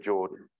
Jordan